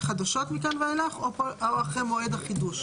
חדשות מכאן ואילך או אחרי מועד החידוש.